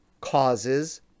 causes